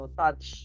touch